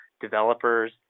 developers